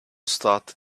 started